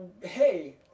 hey